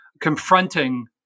confronting